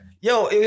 Yo